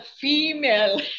female